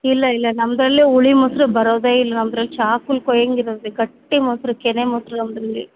ಇಲ್ಲ ಇಲ್ಲ ನಮ್ಮದ್ರಲ್ಲಿ ಹುಳಿ ಮೊಸ್ರು ಬರೋದೆ ಇಲ್ಲ ನಮ್ದ್ರಲ್ಲಿ ಚಾಕುಲಿ ಕೊಯಂಗೆ ಇರುತ್ತೆ ಗಟ್ಟಿ ಮೊಸ್ರು ಕೆನೆ ಮೊಸ್ರು ನಮ್ಮದ್ರಲ್ಲಿ